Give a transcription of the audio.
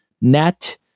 net